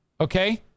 Okay